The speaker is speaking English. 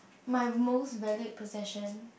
my most valued possession